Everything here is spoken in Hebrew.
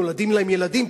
נולדים להם ילדים.